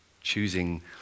choosing